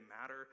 matter